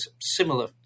similar